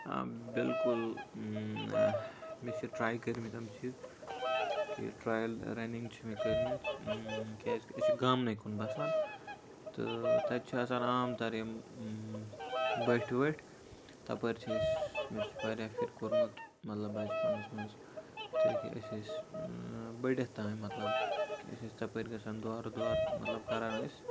آ بِلکُل مےٚ چھِ ٹراے کٔرمٕتۍ یِم چیٖز کہِ ٹرایِل رَننٛگ چھِ مےٚ کٔرمٕژ کیازِ کہِ أسۍ چھِ گامنٕے کُن بَسان تہٕ تَتہِ چھِ آسان عام تر یِم بٔٹھۍ ؤٹھۍ تَپٲرۍ چھِ أسۍ مےٚ چھُ واریاہ پھیٖرِ کوٚرمُت مطلب بَچپَنَس منٛز چوٗنکہِ أسۍ ٲسۍ بٔڑِتھ تانۍ مطلب کہِ أسۍ ٲسۍ تَپٲرۍ گژھان دورٕ دورٕ مطلب کران ٲسۍ